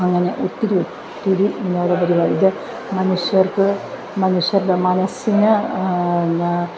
അങ്ങനെ ഒത്തിരി ഒത്തിരി വിനോദ പരിപാടി ഇത് മനുഷ്യർക്ക് മനുഷ്യരുടെ മനസ്സിനെ